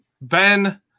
Ben